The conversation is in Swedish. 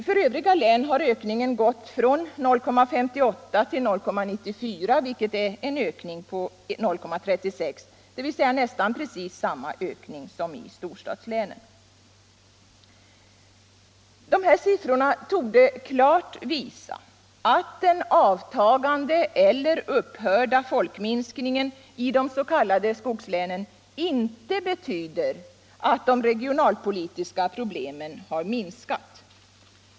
För övriga län har ökningen gått från 0,58 till 0,94, vilket är en ökning på 0,36, dvs. nästan precis densamma som i storstadslänen. De här siffrorna torde klart visa att den avtagande eller upphörda folkminskningen i de s.k. skogslänen inte betyder att de regionalpolitiska problemen har minskat.